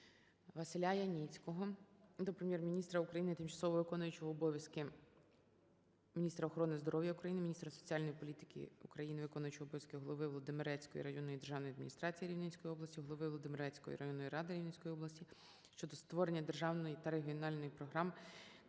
ВасиляЯніцького до Прем'єр-міністра України, тимчасово виконуючої обов'язки Міністра охорони здоров'я України, Міністра соціальної політики України, Виконуючого обов'язки Голови Володимирецької районної державної адміністрації Рівненської області, голови Володимирецької районної ради Рівненської області щодо створення державної та регіональних програм